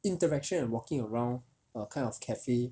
interaction and walking around err kind of cafe